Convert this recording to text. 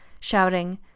shouting